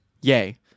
yay